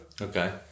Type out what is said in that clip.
Okay